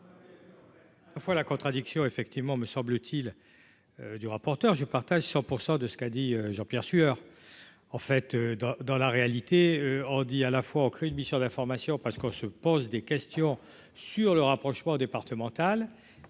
la contradiction effectivement, me semble-t-il, du rapporteur je partage 100 % de ce qu'a dit Jean-Pierre Sueur en fait dans dans la réalité, on dit à la fois aux crée une mission d'information parce qu'on se pose des questions. Sur le rapprochement, mais en